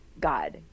God